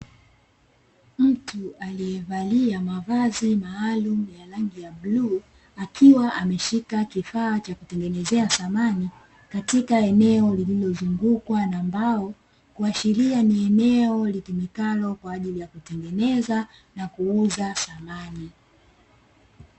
Mtu aliyevalia mavazi maalumu ya rangi ya bluu, akiwa ameshika kifaa cha kutengenezea samani, katika eneo lililozungukwa na mbao, kuashiria ni eneo litumikalo kwa ajili ya kutengeneza na kuuza samani.